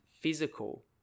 physical